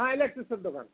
হ্যাঁ ইলেকট্রিক্সের দোকান